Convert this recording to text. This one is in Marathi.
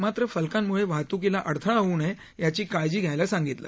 मात्र फलकांम्ळे वाहत्कीला अडथळा होऊ नये याची काळजी घ्यायला सांगितलं